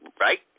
Right